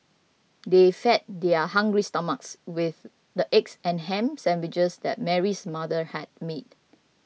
they fed their hungry stomachs with the eggs and ham sandwiches that Mary's mother had made